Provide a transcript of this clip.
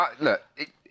Look